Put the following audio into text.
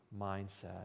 mindset